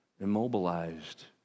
immobilized